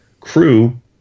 crew